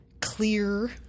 clear